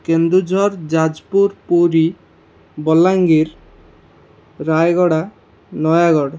Keonjhar Jajpur Puri Balangir Rayagada Nayagarh